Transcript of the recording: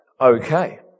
Okay